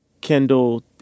Kendall